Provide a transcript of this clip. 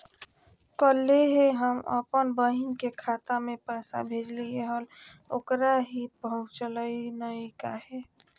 कल्हे हम अपन बहिन के खाता में पैसा भेजलिए हल, ओकरा ही पहुँचलई नई काहे?